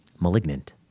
Malignant